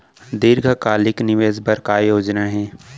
दीर्घकालिक निवेश बर का योजना हे?